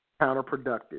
counterproductive